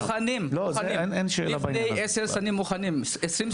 הם מוכנים, לפני עשר שנים מוכנים, עשרים שנה.